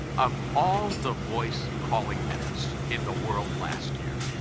of all the voice-calling minutes in the world last year,